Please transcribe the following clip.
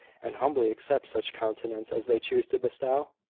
and humbly accept such countenance as they choose to bestow?